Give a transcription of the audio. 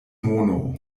mono